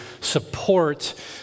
support